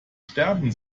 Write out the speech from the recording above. sterben